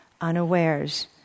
unawares